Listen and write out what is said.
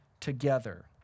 together